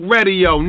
Radio